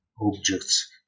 objects